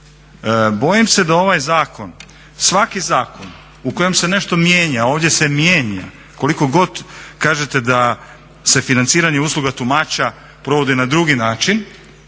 Bojim se da ovaj zakon, svaki zakon u kojem se nešto mijenja, ovdje se mijenja, koliko god kažete da se financiranje usluga tumača provodi na drugi način,